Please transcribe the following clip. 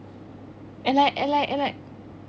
and like and like and like